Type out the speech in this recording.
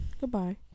Goodbye